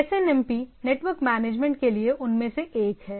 SNMP network management के लिए उनमें से एक है